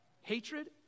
hatred